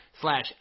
slash